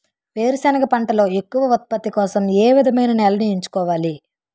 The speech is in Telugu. వేరుసెనగ పంటలో ఎక్కువ ఉత్పత్తి కోసం ఏ విధమైన నేలను ఎంచుకోవాలి?